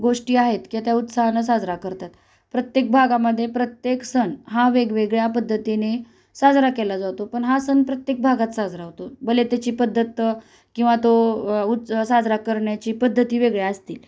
गोष्टी आहेत की त्या उत्साहानं साजरा करतात प्रत्येक भागामध्ये प्रत्येक सण हा वेगवेगळ्या पद्धतीने साजरा केला जातो पण हा सण प्रत्येक भागात साजरा होतो भले त्याची पद्धत किंवा तो उत् साजरा करण्याची पद्धती वेगळ्या असतील